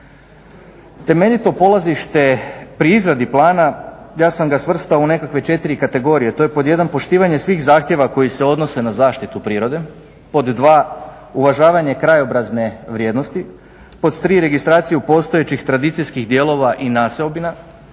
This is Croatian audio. Temeljito polazište pri izradi plana ja sam ga svrstao u nekakve 4 kategorije, to je pod 1 poštivanje svih zahtjeva koji se odnose na zaštitu prirode, pod 2 uvažavanje krajobrazne vrijednosti, pod 3 registraciju postojećih tradicijskih dijelova i naseobina,